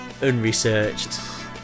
unresearched